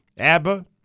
ABBA